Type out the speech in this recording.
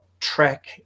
track